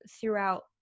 throughout